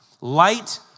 Light